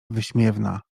wyśmiewna